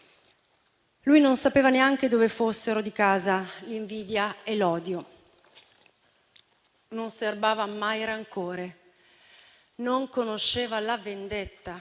Lui non sapeva neanche dove fossero di casa l'invidia e l'odio. Non serbava mai rancore. Non conosceva la vendetta,